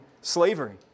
slavery